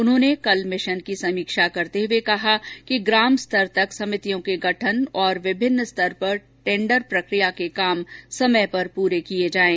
उन्होंने कल मिशन की समीक्षा करते हुए कहा कि ग्राम स्तर तक समितियों के गठन और विभिन्न स्तर पर टेण्डर प्रकिया के काम समय पर पूरे किए जाएं